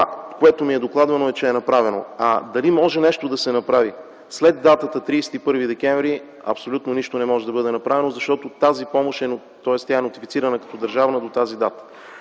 което ми е докладвано, е, че е направено. Дали може нещо да се направи? След датата 31 декември 2009 г. абсолютно нищо не може да бъде направено, защото тази помощ е нотифицирана като държавна до тази дата.